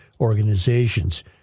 organizations